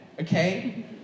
okay